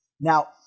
Now